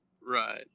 right